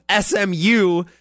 SMU